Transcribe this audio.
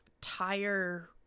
tire